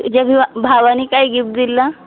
तुझ्या भिवा भावाने काय गिफ्ट दिलं